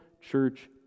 church